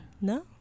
No